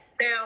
Now